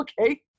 okay